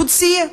קודסייה,